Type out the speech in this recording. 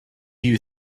you